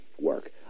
work